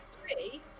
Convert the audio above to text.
three